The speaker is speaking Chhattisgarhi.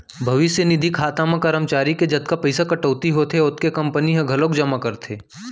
भविस्य निधि खाता म करमचारी के जतका पइसा कटउती होथे ओतने कंपनी ह घलोक जमा करथे